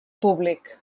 públic